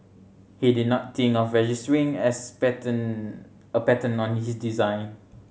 he did not think of registering as patent a patent on his design